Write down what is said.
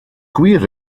gwir